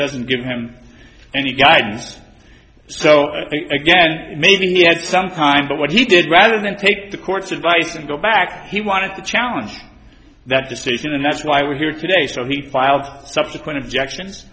doesn't give him any guidance so again maybe he had some time but what he did rather than take the court's advice and go back he wanted to challenge that decision and that's why we're here today so he filed a subsequent objections